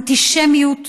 אנטישמיות